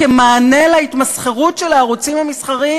כמענה להתמסחרות של הערוצים המסחריים.